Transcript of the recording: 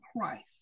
Christ